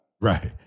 Right